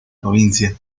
provincia